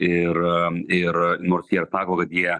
ir ir nors jie ir sako kad jie